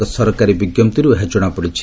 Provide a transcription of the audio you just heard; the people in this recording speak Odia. ଏକ ସରକାରୀ ବିଜ୍ଞପ୍ତିରୁ ଏହା ଜଣାପଡିଛି